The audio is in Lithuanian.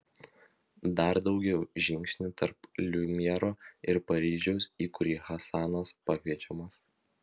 dar daugiau žingsnių tarp liumjero ir paryžiaus į kurį hasanas pakviečiamas